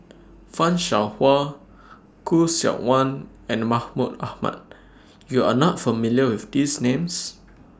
fan Shao Hua Khoo Seok Wan and Mahmud Ahmad YOU Are not familiar with These Names